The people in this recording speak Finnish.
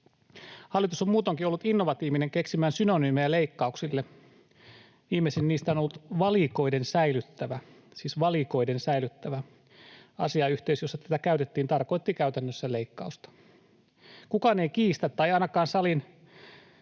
Hallitus on muutoinkin ollut innovatiivinen keksimään synonyymeja leikkauksille. Viimeisen niistä on ollut valikoiden säilyttävä — siis valikoiden säilyttävä. Asiayhteys, jossa tätä käytettiin, tarkoitti käytännössä leikkausta. Kukaan ei kiistä, tai ei ainakaan salin